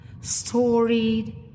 storied